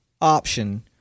option